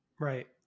Right